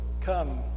come